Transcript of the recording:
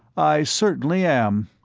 i certainly am.